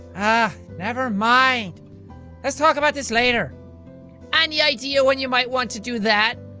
ah nevermind let's talk about this later any idea when you might want to do that?